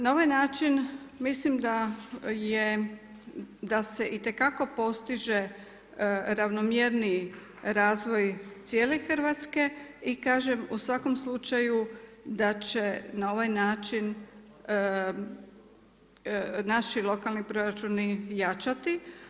Na ovaj način mislim da se itekako postiže ravnomjerniji razvoj cijele Hrvatske i kažem u svakom slučaju da će na ovaj način naši lokalni proračuni jačati.